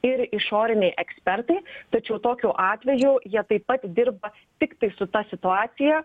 ir išoriniai ekspertai tačiau tokiu atveju jie taip pat dirba tiktai su ta situacija